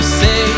say